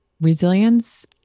Resilience